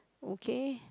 okay